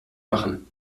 machen